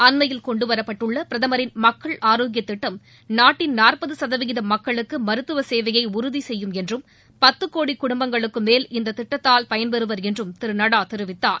அண்மையில் கொண்டுவரப்பட்டுள்ள பிரதமரின் மக்கள் ஆரோக்கியத் திட்டம் நாட்டின் நாற்பது சதவீத மக்களுக்கு மருத்துவ சேவையை உறுதி செய்யும் என்றும் பத்து கோடி குடும்பங்களுக்கு மேல் இத்திட்டத்தால் பயன்பெறுவர் என்றும் திரு நட்டா தெரிவித்தார்